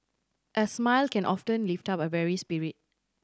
a smile can often lift up a weary spirit